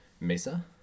mesa